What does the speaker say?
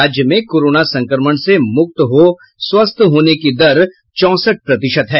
राज्य में कोरोना संक्रमण से मुक्त हो स्वस्थ होने की दर चौंसठ प्रतिशत है